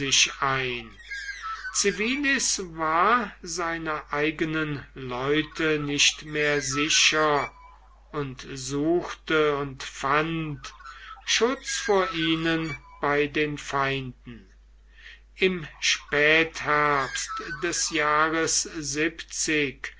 ein civilis war seiner eigenen leute nicht mehr sicher und suchte und fand schutz vor ihnen bei den feinden im spätherbst des jahres